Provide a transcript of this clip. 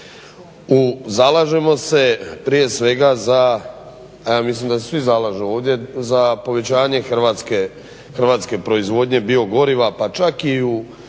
Zalažemo se prije svega za, a ja mislim da se svi zalažu ovdje za povećanje hrvatske proizvodnje biogoriva pa čak i u